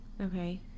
okay